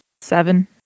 Seven